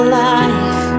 life